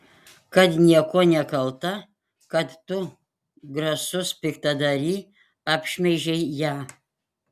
kad niekuo nekalta kad tu grasus piktadary apšmeižei ją